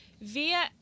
Via